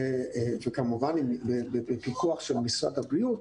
כמובן בפיקוח של משרד הבריאות,